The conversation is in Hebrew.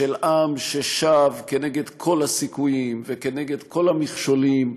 של עם ששב כנגד כל הסיכויים וכנגד כל המכשולים,